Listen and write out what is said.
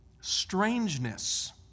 strangeness